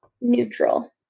neutral